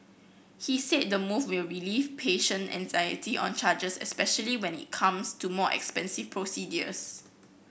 he said the move will relieve patient anxiety on charges especially when it comes to more expensive procedures